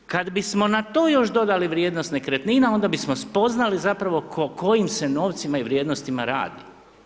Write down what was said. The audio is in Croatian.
Kad bismo na to još dodali vrijednost nekretnina onda bismo spoznali zapravo o kojim se novcima i vrijednostima radi.